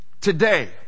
today